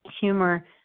humor